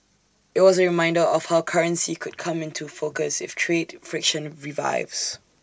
IT was A reminder of how currency could come into focus if trade friction revives